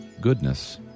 goodness